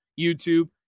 YouTube